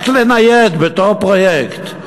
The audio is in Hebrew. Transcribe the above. רק לנייד בתוך פרויקט.